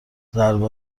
ضربه